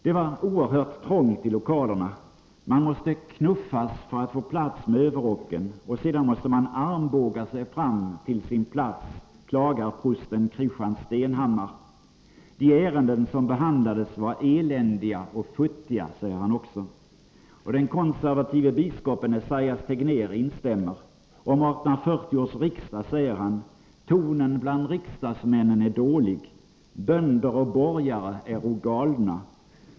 Det var oerhört trångt i lokalerna. Man måste knuffas för att få plats med överrocken, och sedan måste man armbåga sig fram till sin plats, klagar prosten Christian Stenhammar. De ärenden som behandlades var eländiga och futtiga, säger han också, och den konservative biskopen Esaias Tegnér instämmer. Om 1840 års riksdag säger han: ”Tonen bland riksdagsmännen är dålig. Bönder och borgare äro galna.